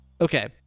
okay